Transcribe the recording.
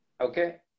Okay